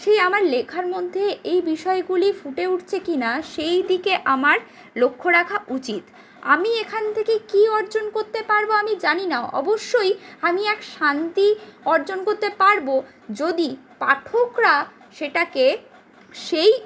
সেই আমার লেখার মধ্যে এই বিষয়গুলি ফুটে উঠছে কি না সেই দিকে আমার লক্ষ্য রাখা উচিত আমি এখান থেকে কী অর্জন করতে পারবো আমি জানিনা অবশ্যই আমি এক শান্তি অর্জন করতে পারবো যদি পাঠকরা সেটাকে সেই